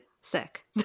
sick